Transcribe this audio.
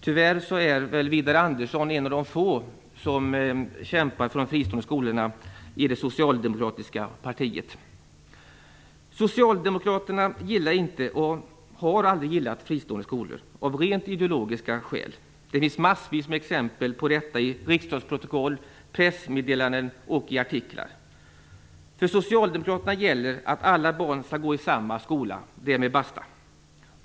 Widar Andersson är tyvärr en av de få i det socialdemokratiska partiet som kämpar för de fristående skolorna. Socialdemokraterna gillar inte och har aldrig gillat fristående skolor av rent ideologiska skäl. Det finns massvis med exempel på detta i riksdagsprotokoll, pressmeddelanden och artiklar. För socialdemokraterna gäller att alla barn skall gå i samma skola - därmed basta!